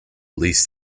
least